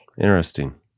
Interesting